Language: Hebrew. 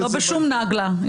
אם אתה שואל אותי, לא בשום נגלה.